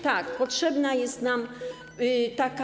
Tak, potrzebna jest nam taka.